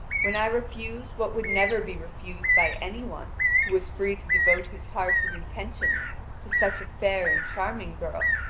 when i refuse what would never be refused by any one who was free to devote his heart and intentions to such a fair and charming girl,